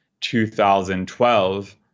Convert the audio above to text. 2012